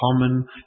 common